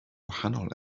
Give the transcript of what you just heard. wahanol